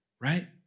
right